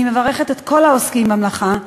אני מברכת את כל העוסקים במלאכה,